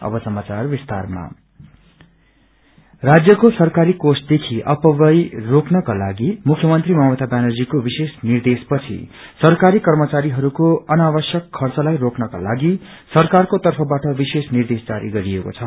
austerity राज्यको सरकारी कोषदेखि अपत्यय रोक्नकोलागि मुख्यमन्त्री ममता व्यानर्जीको विशेष निर्देश पछि सरकारी कर्मचारीहरूको अन आवश्यक खन्नलाई रोक्नको लागि सरकारको तर्फबाट विशेष निर्देश जारी गरिएको छ